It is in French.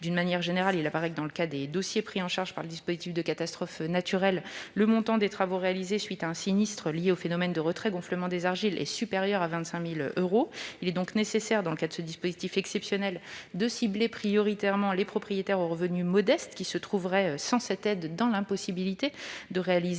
D'une manière générale, il apparaît que, dans le cas des dossiers pris en charge par le dispositif de catastrophe naturelle, le montant des travaux réalisés à la suite d'un sinistre lié au phénomène de retrait-gonflement des argiles est supérieur à 25 000 euros. Il est donc nécessaire, dans le cas de ce dispositif exceptionnel, de cibler prioritairement les propriétaires aux revenus modestes, qui se trouveraient, sans cette aide, dans l'impossibilité de réaliser